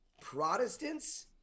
Protestants